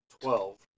Twelve